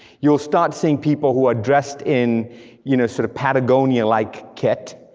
you will start seeing people who are dressed in you know sort of patagonia-like kit,